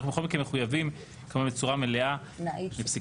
אנחנו בכל מקרה מחויבים בצורה מלאה לפסיקת